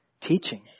teaching